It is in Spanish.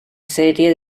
serie